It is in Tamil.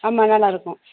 ஆமாம் நல்லாயிருக்கோம்